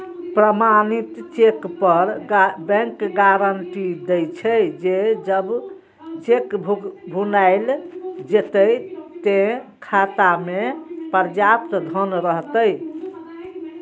प्रमाणित चेक पर bank guarantee दै छे, जे जब चेक भुनाएल जेतै, ते खाता मे पर्याप्त धन रहतै